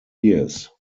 years